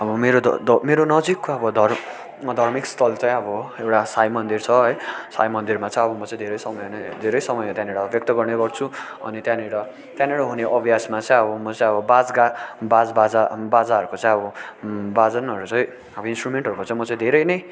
अब मेरो द द मेरो नजिकको अब ध धार्मिक स्थल चाहिँ अब एउटा साई मन्दिर छ है साई मन्दिरमा चाहिँ अब म चाहिँ धेरै समय नै धेरै समय त्यहाँनिर व्यक्त गर्ने गर्छु अनि त्यहाँनिर त्यहाँनिर हुने अभ्यासमा चाहिँ अब म चाहिँ अब बाज गा बाज बाजा बाजाहरूको चाहिँ अब बादनहरू चाहिँ हामी इन्सट्रुमेन्टहरूको चाहिँ म चाहिँ धेरै नै